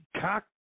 cock